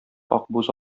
акбүз